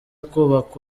kubaka